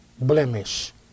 blemish